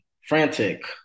frantic